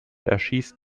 erschießt